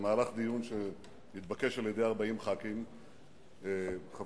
שבמהלך דיון שנתבקש על-ידי 40 חברי כנסת,